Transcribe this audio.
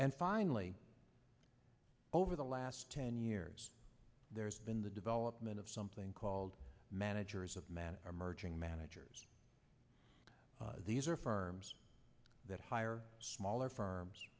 and finally over the last ten years there's been the development of something called managers of mad emerging managers these are firms that hire smaller firms